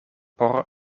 por